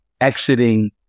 exiting